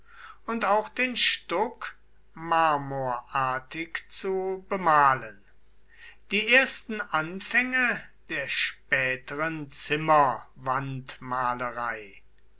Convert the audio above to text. oder auch den stuck marmorartig zu bemalen die ersten anfänge der späteren zimmerwandmalerei